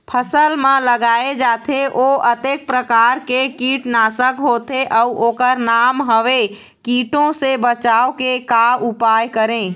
फसल म लगाए जाथे ओ कतेक प्रकार के कीट नासक होथे अउ ओकर का नाम हवे? कीटों से बचाव के का उपाय करें?